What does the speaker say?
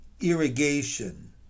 irrigation